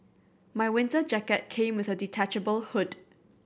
my winter jacket came with a detachable hood